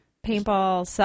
paintball